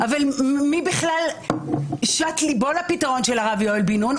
אבל מי בכלל שת ליבו לפתרון של הרב יואל בן-נון?